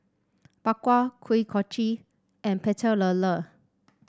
Bak Kwa Kuih Kochi and Pecel Lele